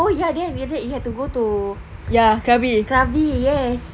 oh ya there I get it we have to go krabi yes